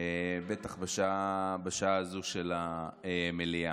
בטח בשעה הזו של המליאה.